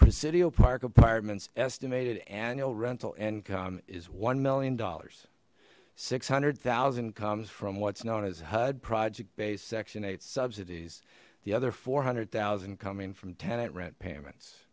presidio park apartments estimated annual rental income is one million dollars six hundred thousand comes from what's known as hud project based section eight subsidies the other four hundred thousand coming from tenant rent payments